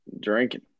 drinking